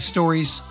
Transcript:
Stories